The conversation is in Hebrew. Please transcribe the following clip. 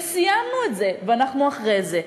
וסיימנו את זה ואנחנו אחרי זה.